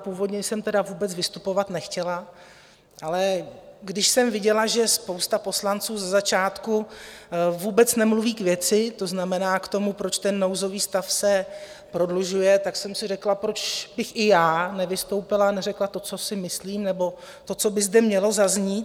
Původně jsem vůbec vystupovat nechtěla, ale když jsem viděla, že spousta poslanců ze začátku vůbec nemluví k věci, to znamená k tomu, proč ten nouzový stav se prodlužuje, tak jsem si řekla, proč bych i já nevystoupila a neřekla to, co si myslím, nebo to, co by zde mělo zaznít.